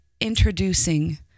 introducing